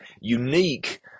unique